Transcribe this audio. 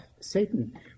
Satan